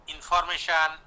Information